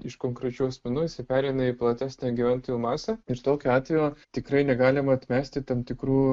iš konkrečių asmenų jisai pereina į platesnę gyventojų masę ir tokiu atveju tikrai negalima atmesti tam tikrų